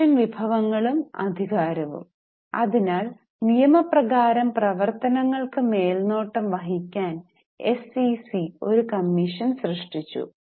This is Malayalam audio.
കമ്മീഷൻ വിഭവങ്ങളും അധികാരവും അതിനാൽ നിയമപ്രകാരം പ്രവർത്തനങ്ങൾക്ക് മേൽനോട്ടം വഹിക്കാൻ എസ്ഇസി ഒരു കമ്മീഷൻ സൃഷ്ടിച്ചു